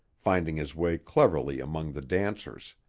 finding his way cleverly among the dancers.